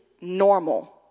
normal